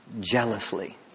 jealously